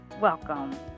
Welcome